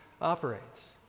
operates